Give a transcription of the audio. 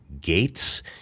gates